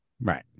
Right